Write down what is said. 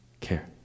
care